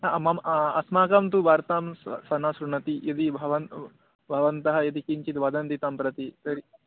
हा मम अस्माकं तु वार्तां सः शृणोति यदि भवान् भवन्तः यदि किञ्चिद् वदन्ति तं प्रति तर्हि